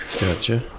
Gotcha